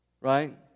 Right